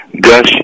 gush